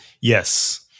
Yes